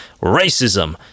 racism